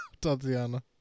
Tatiana